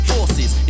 Forces